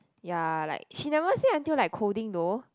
ya like she never say until like coding though